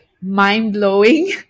mind-blowing